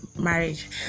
marriage